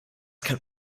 kann